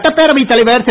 சட்டப்பேரவை தலைவர் திரு